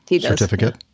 certificate